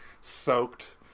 soaked